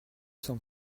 sans